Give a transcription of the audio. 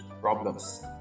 problems